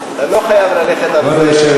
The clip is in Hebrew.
כבוד היושבת-ראש,